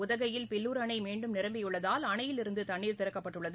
உதகையில் பில்லூர் அணை மீண்டும் நிரம்பியுள்ளதால் அணையில் இருந்து தண்ணீர் திறக்கப்பட்டுள்ளது